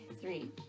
Three